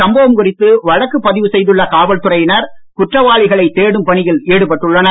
சம்பவம் குறித்து வழக்கு பதிவு செய்துள்ள காவல்துறையினர் குற்றவாளிகளை தேடும் பணியில் ஈடுபட்டுள்ளனர்